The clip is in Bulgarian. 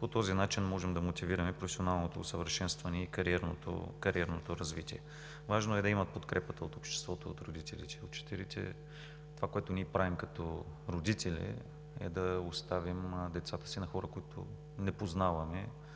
По този начин можем да мотивираме професионалното усъвършенстване и кариерното развитие. Важно е учителите да имат подкрепата от обществото, от родителите. Това, което ние правим като родители, е да оставим децата си на хора, които не познаваме.